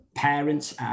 Parents